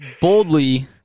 boldly